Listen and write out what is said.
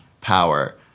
power